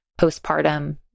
postpartum